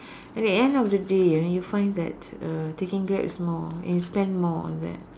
at the end of the day ah you find that uh taking Grab is more and you spend more on that